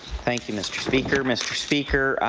thank you mr. speaker. mr. speaker,